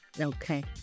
okay